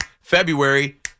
February